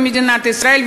במדינת ישראל,